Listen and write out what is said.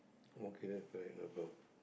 okay then fair enough ah